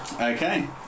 okay